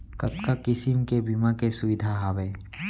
कतका किसिम के बीमा के सुविधा हावे?